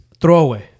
throwaway